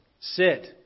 sit